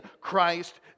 Christ